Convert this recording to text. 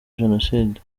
jenoside